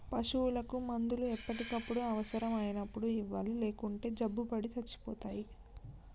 పశువులకు మందులు ఎప్పటికప్పుడు అవసరం అయినప్పుడు ఇవ్వాలి లేకుంటే జబ్బుపడి సచ్చిపోతాయి